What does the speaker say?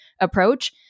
approach